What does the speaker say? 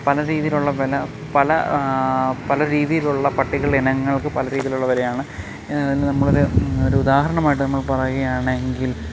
പല രീതിയിലുള്ള വില പല പല രീതിയിലുള്ള പട്ടിക നിങ്ങൾക്ക് പല രീതിയിലുള്ള വിലയാണ് നമ്മൾ ഒരു ഒരു ഉദാഹരണമായിട്ട് നമ്മൾ പറയുകയാണെങ്കിൽ